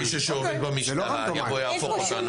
יש לו מישהו שעובד במשטרה, יבוא יהפוך אותנו.